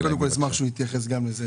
אני אשמח שהוא יתייחס גם לזה.